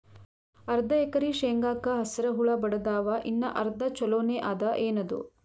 ಅರ್ಧ ಎಕರಿ ಶೇಂಗಾಕ ಹಸರ ಹುಳ ಬಡದಾವ, ಇನ್ನಾ ಅರ್ಧ ಛೊಲೋನೆ ಅದ, ಏನದು?